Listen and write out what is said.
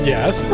Yes